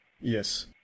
Yes